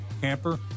camper